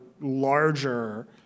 larger